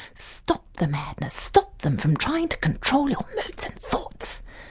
stop the madness, stop them from trying to control your moods and thoughts,